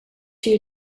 you